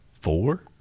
four